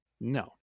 No